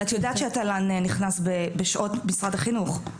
אבל את יודעת שהתל"ן נכנס בשעות משרד החינוך.